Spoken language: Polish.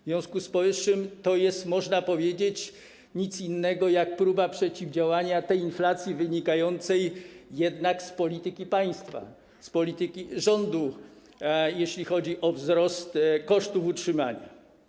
W związku z powyższym to jest, można powiedzieć, nic innego jak próba przeciwdziałania tej inflacji, wynikającej jednak z polityki państwa, z polityki rządu, jeśli chodzi o wzrost kosztów utrzymania.